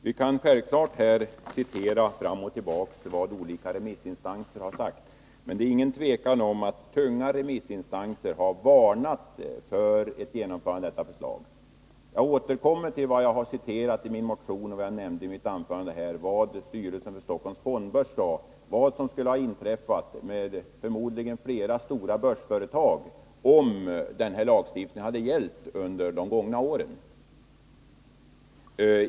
Vi kan självfallet fram och tillbaka citera vad olika remissinstanser har sagt, men det är inget tvivel om att tunga remissinstanser har varnat för ett genomförande av detta förslag. Jag återkommer till — jag har citerat det i min motion, och jag nämnde det också i mitt anförande — vad styrelsen för Stockholms fondbörs sade om vad som förmodligen skulle ha inträffat med flera stora börsföretag om den här lagstiftningen hade gällt under de gångna åren.